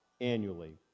annually